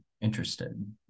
interested